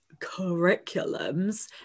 curriculums